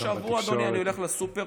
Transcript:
בכל שבוע, אדוני, אני הולך לסופר.